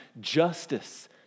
justice